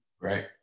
Right